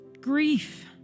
grief